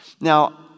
Now